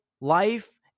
life